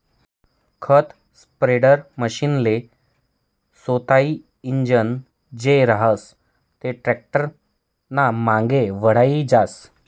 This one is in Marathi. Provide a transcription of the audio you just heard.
खत स्प्रेडरमशीनले सोतानं इंजीन नै रहास ते टॅक्टरनामांगे वढाई जास